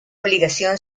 obligación